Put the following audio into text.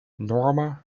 norma